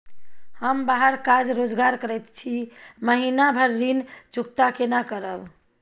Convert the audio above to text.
हम बाहर काज रोजगार करैत छी, महीना भर ऋण चुकता केना करब?